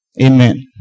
Amen